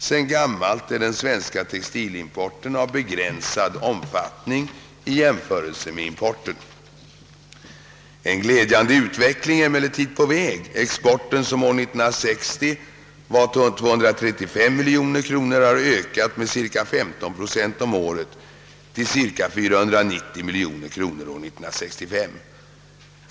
Sedan gammalt är den svenska textilexporten av begränsad omfattning i jämförelse med importen. En glädjande utveckling är emellertid på väg. Exporten, som år 1960 var 235 miljoner kronor, har ökat med cirka 15 procent om året till 490 miljoner kronor år 1965.